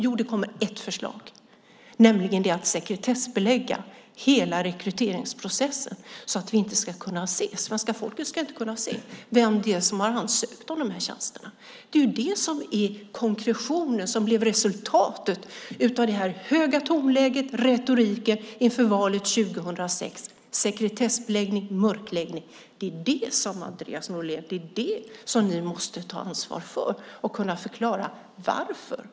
Jo, det kommer ett förslag, nämligen att sekretessbelägga hela rekryteringsprocessen så att svenska folket inte ska kunna se vem det är som har ansökt om de här tjänsterna. Det är det som är konkretionen, det som blev resultatet av det höga tonläget, retoriken inför valet 2006. Sekretessbeläggning, mörkläggning är det, Andreas Norlén, som ni måste ta ansvar för och kunna förklara. Varför?